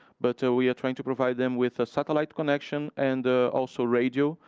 but we are trying to provide them with a satellite connection and also radio,